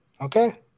Okay